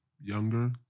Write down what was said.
younger